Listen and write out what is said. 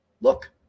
look